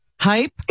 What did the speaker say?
hype